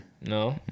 No